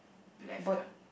left ah